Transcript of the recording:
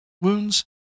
wounds